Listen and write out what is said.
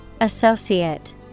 Associate